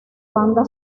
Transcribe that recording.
banda